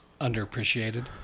underappreciated